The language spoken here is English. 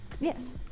Yes